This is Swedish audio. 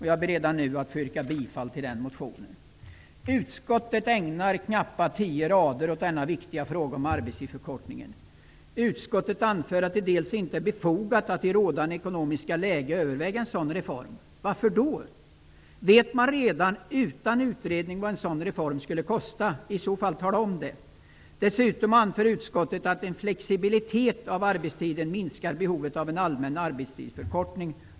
Jag ber redan nu att få yrka bifall till den motionen. Utskottet ägnar knappa tio rader åt den viktiga frågan om arbetstidsförkortning. Utskottet anför att det inte är befogat att i rådande ekonomiska läge överväga en sådan reform. Varför då? Vet man redan utan utredning vad en sådan reform skulle kosta? I så fall, tala om det! Dessutom anför utskottet att flexibilitet hos arbetstiden minskar behovet av allmän arbetstidsförkortning.